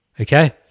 Okay